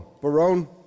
Barone